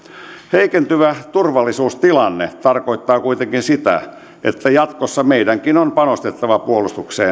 heikentyvä turvallisuustilanne tarkoittaa kuitenkin sitä että jatkossa meidänkin on panostettava puolustukseen